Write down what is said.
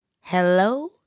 Hello